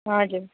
हजुर